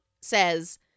says